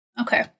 Okay